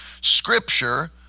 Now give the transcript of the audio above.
Scripture